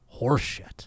horseshit